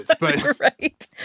right